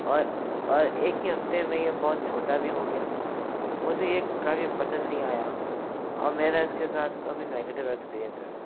और और एक ही हफ़्ते में यह बहुत छोटा भी हो गया मुझे यह काफी पसंद नहीं आया अब मेरा इसके साथ काफ़ी नेगेटिव एक्सपीरियंस रहा